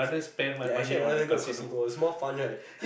ya I actually rather go to casino it's more fun right